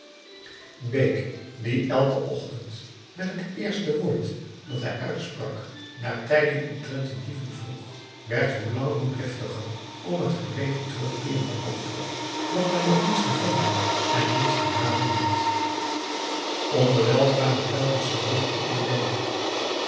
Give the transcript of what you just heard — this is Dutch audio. bake die elken ochtend met het eerste woord dat hij uitsprak naar tijding omtrent de dieven vroeg werd hoe langer hoe driftiger om het geregeld terugkeerende antwoord dat men nog niets gevonden en niets geraden had onderwijl kwamen telkens geruchten in het dorp